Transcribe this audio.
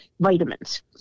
vitamins